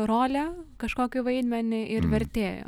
rolę kažkokį vaidmenį ir vertėjo